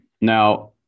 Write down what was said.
Now